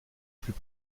plus